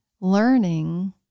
learning